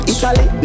Italy